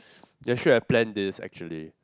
they should have plan this actually